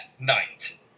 night